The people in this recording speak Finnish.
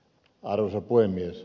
arvoisa puhemies